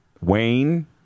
Wayne